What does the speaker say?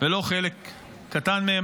ולא חלק קטן מהם.